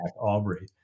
Aubrey